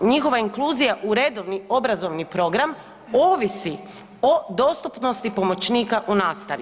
Njihova inkluzija u redovni obrazovni program ovisi o dostupnosti pomoćnika u nastavi.